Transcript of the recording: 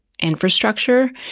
infrastructure